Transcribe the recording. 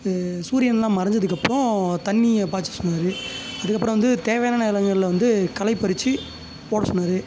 சூரியனெல்லாம் மறைஞ்சதுக்கு அப்புறம் தண்ணியை பாய்ச்ச சொன்னார் அதுக்கப்புறம் வந்து தேவையான நிலங்களில் வந்து களை பறித்து போட சொன்னார்